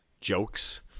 jokes